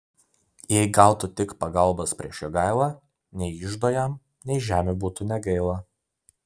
jei gautų tik pagalbos prieš jogailą nei iždo jam nei žemių būtų negaila